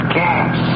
gas